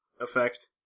effect